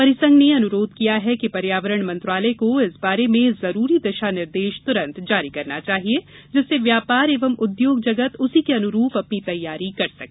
परिसंघ ने अनुरोध किया है कि पर्यावरण मंत्रालय को इस बारे में उपर्यक्त दिशा निर्देश तुरंत जारी करना चाहिये जिससे व्यापार एवं उद्योग जगत उसी के अनुरूप अपनी तैयारी कर सके